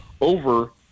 over